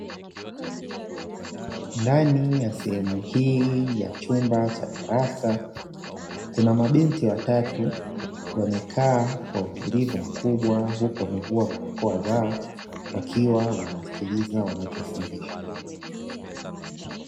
Ndani ya sehemu hii ya chumba cha darasa, kuna mabinti watatu wamekaa kwa utulivu mkubwa, huku wamevua barakoa zao wakiwa wanasikiliza wanachofundishwa.